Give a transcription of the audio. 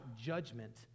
judgment